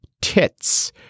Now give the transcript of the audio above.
tits